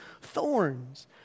thorns